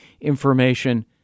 information